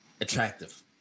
attractive